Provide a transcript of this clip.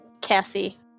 Cassie